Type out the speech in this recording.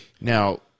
Now